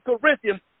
Corinthians